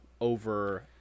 over